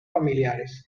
familiares